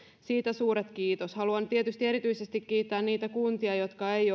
siitä suuret kiitokset haluan tietysti erityisesti kiittää niitä kuntia jotka eivät